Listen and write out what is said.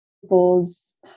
peoples